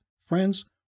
friends